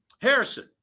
Harrison